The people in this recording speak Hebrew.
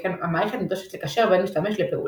שכן המערכת נדרשת לקשר בין משתמש לפעולה.